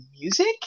music